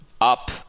up